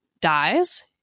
dies